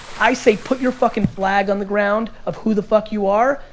i say put your fucking flag on the ground of who the fuck you are,